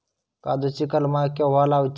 काजुची कलमा केव्हा लावची?